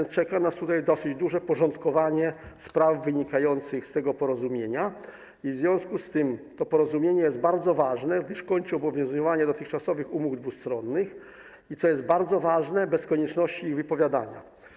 Czeka nas więc tutaj dosyć duże porządkowanie spraw wynikających z tego porozumienia i w związku z tym to porozumienie jest bardzo ważne, gdyż kończy obowiązywanie dotychczasowych umów dwustronnych bez konieczności - co jest bardzo ważne - ich wypowiadania.